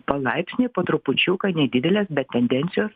palaipsniui po trupučiuką nedidelės bet tendencijos